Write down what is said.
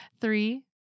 Three